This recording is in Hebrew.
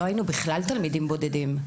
לא היינו בכלל תלמידים בודדים.